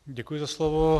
Děkuji za slovo.